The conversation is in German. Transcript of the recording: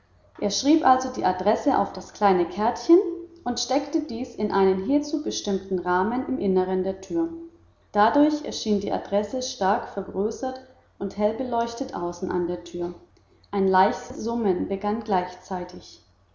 er schrieb also die adresse auf das kleine kärtchen und steckte dies in einen hierzu bestimmten rahmen im innern der tür dadurch erschien die adresse stark vergrößert und hell beleuchtet außen an der tür ein leises summen begann gleichzeitig